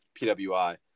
pwi